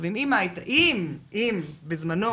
אם בזמנו